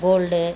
gold